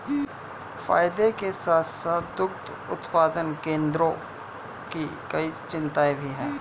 फायदे के साथ साथ दुग्ध उत्पादन केंद्रों की कई चिंताएं भी हैं